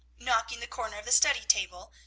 knocking the corner of the study table,